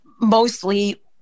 mostly